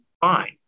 fine